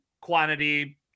quantity